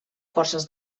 forces